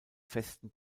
festen